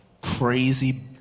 crazy